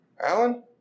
Alan